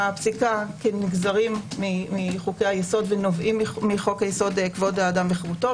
בפסיקה כנגזרים מחוקי היסוד ונובעים מחוק היסוד: כבוד האדם וחירותו,